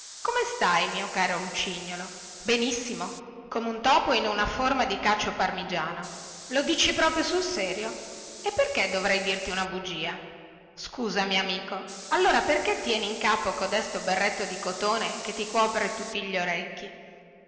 come stai mio caro lucignolo benissimo come un topo in una forma di cacio parmigiano lo dici proprio sul serio e perché dovrei dirti una bugia scusami amico e allora perché tieni in capo codesto berretto di cotone che ti cuopre tutti gli orecchi